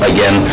Again